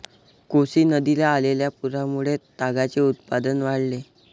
कोसी नदीला आलेल्या पुरामुळे तागाचे उत्पादन वाढले